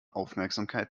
aufmerksamkeit